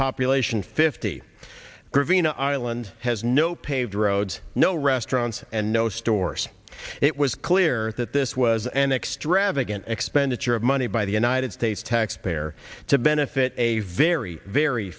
population fifty green island has no paved roads no restaurants and no stores it was clear that this was an extravagant expenditure of money by the united states taxpayer to benefit a very very